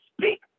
speak